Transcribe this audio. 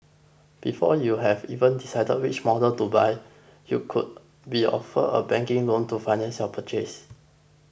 before you've even decided which models to buy you could be offered a banking loan to finance your purchase